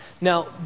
Now